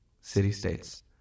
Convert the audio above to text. city-states